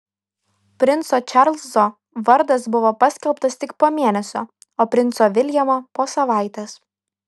princo čarlzo vardas buvo paskelbtas tik po mėnesio o princo viljamo po savaitės